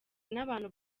n’abantu